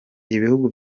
ibihugu